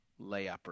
layupper